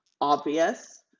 obvious